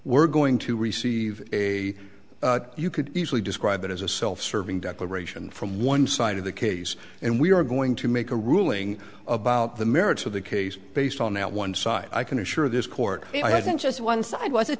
we're going to receive a you could easily describe it as a self serving declaration from one side of the case and we are going to make a ruling about the merits of the case based on that one side i can assure this court hasn't just one side